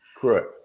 Correct